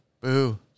Boo